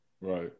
Right